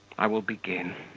i will begin.